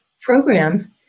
program